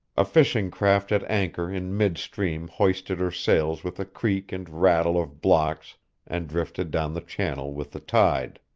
a fishing craft at anchor in mid-stream hoisted her sails with a creak and rattle of blocks and drifted down the channel with the tide.